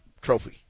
trophy